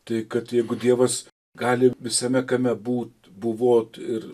tai kad jeigu dievas gali visame kame būt buvot ir